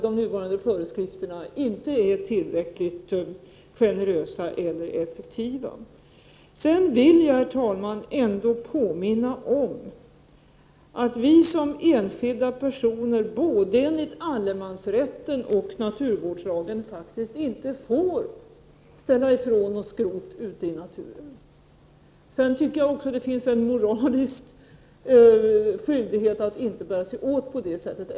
De nuvarande föreskrifterna kanske inte är tillräckligt generösa eller effektiva. Sedan vill jag, herr talman, påminna om att vi som enskilda personer varken enligt allemansrätten eller enligt naturvårdslagen får ställa ifrån skrot ute i naturen. Jag tycker att det finns en moralisk skyldighet att inte bära sig åt på det viset.